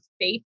faith